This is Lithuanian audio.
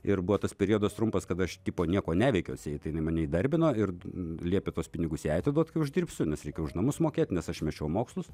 ir buvo tas periodas trumpas kad aš tipo nieko neveikiau atsieit jinai mane įdarbino ir liepė tuos pinigus jai atiduot kai uždirbsiu nes reikia už namus mokėti nes aš mečiau mokslus